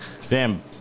Sam